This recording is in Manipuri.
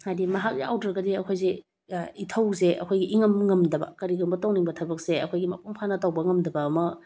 ꯍꯥꯏꯗꯤ ꯃꯍꯥꯛ ꯌꯥꯎꯗ꯭ꯔꯒꯗꯤ ꯑꯩꯈꯣꯏꯁꯦ ꯏꯊꯧꯁꯦ ꯑꯩꯈꯣꯏꯒꯤ ꯏꯉꯝ ꯉꯝꯗꯕ ꯀꯔꯤꯒꯨꯝꯕ ꯇꯧꯅꯤꯡꯕ ꯊꯕꯛꯁꯦ ꯑꯩꯈꯣꯏꯒꯤ ꯃꯄꯨꯡ ꯐꯥꯅ ꯇꯧꯕ ꯉꯝꯗꯕ ꯑꯃ